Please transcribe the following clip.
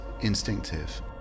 instinctive